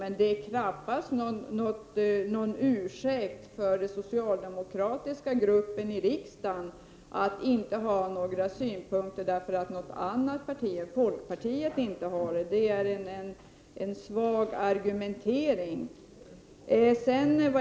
Men det är knappast någon ursäkt för den socialdemokratiska gruppen att inte ha några synpunkter, eftersom inte något annat parti än folkpartiet har det. Det är en svag argumentering.